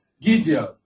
Gideon